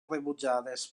rebutjades